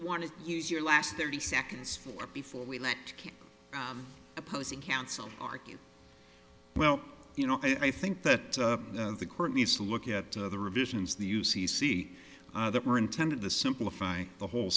want to use your last thirty seconds for before we let king opposing counsel argue well you know i think that the court needs to look at the revisions the u c c that were intended to simplify the whole